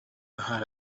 had